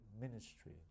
ministry